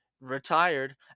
retired